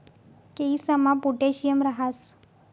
केयीसमा पोटॅशियम राहस